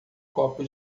copo